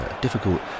difficult